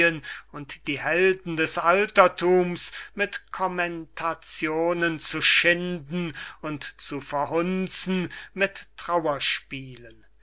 und die helden des alterthums mit kommentationen zu schinden und zu verhunzen mit trauerspielen